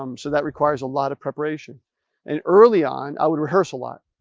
um so that requires a lot of preparation and early on, i would rehearse a lot.